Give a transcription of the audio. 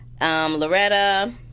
Loretta